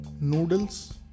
noodles